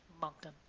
Moncton